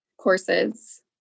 courses